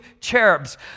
cherubs